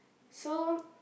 so